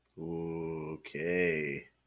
Okay